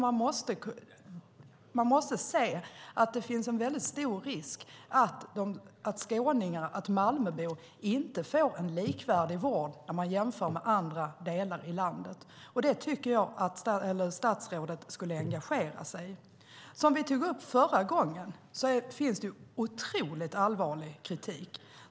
Man måste se att det finns en mycket stor risk att skåningar och Malmöbor inte får en likvärdig vård när man jämför med andra delar av landet. Jag tycker att statsrådet skulle engagera sig i det. Som vi tog upp förra gången har det kommit otroligt allvarlig kritik.